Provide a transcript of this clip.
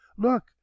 Look